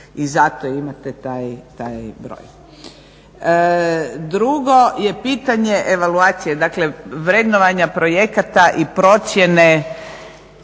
i zato imate taj broj. Drugo je pitanje evaluacije, dakle vrednovanja projekata i procjene